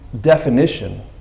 definition